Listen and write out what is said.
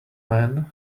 men